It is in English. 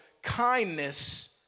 kindness